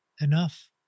enough